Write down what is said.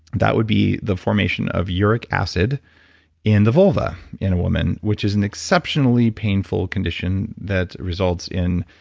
that would be the formation of uric acid in the vulva in a woman, which is an exceptionally painful condition that results in,